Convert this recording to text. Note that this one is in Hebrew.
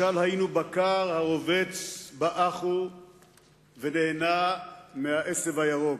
משל היינו בקר הרובץ באחו ונהנה מהעשב הירוק,